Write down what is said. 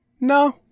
No